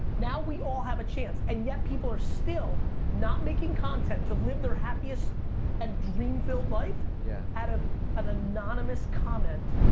now, we all have a chance and yet people are still not making content to live their happiest and dream-filled life yeah out of an anonymous comment,